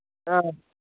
ꯑꯥ